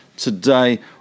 today